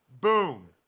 Boom